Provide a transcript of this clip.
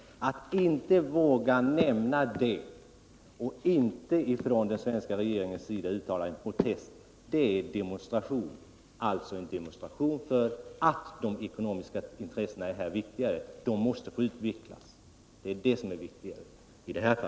Att inte våga nämna detta, att den svenska regeringen inte vågar uttala en protest, det är demoristration — en demonstration för att de ekonomiska intressena i det här fallet är viktigare.